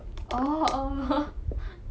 oh oh